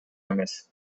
эмес